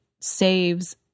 saves